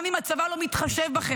גם אם הצבא לא מתחשב בכם,